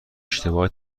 اشتباه